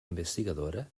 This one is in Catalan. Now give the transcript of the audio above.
investigadora